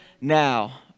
now